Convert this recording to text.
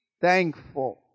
thankful